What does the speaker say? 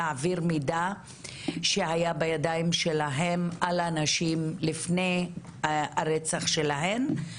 להעביר מידע שהיה בידיים שלהם על הנשים לפני הרצח שלהן,